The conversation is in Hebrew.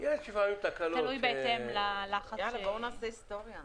יאללה, בואו נעשה היסטוריה.